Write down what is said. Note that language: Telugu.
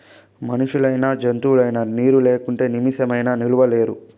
మనుషులైనా జంతువులైనా నీరు లేకుంటే నిమిసమైనా నిలువలేరు